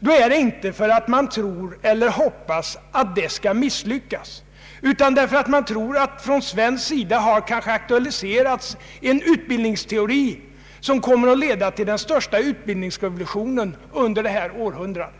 då är det inte för att man tror eller hoppas att vårt system skall misslyckas, utan därför att man tror att det från svensk sida har aktualiserats en utbildningsteori som kommer att leda till den största utbildningsrevolutionen under detta århundrade.